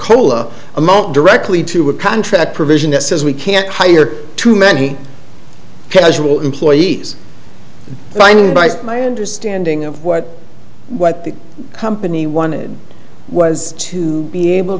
cola amount directly to a contract provision that says we can't hire too many casual employees finding by my understanding of what what the company wanted was to be able